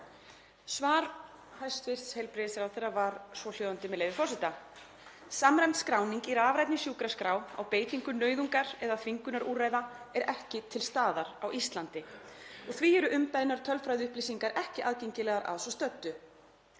Svar hæstv. heilbrigðisráðherra var svohljóðandi, með leyfi forseta: „Samræmd skráning í rafrænni sjúkraskrá á beitingu nauðungar eða þvingunarúrræða er ekki til staðar á Íslandi og því eru umbeðnar tölfræðiupplýsingar ekki aðgengilegar að svo stöddu.